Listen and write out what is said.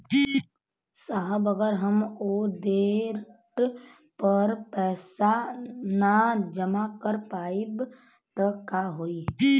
साहब अगर हम ओ देट पर पैसाना जमा कर पाइब त का होइ?